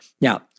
Now